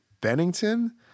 Bennington